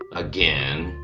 again.